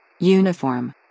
Uniform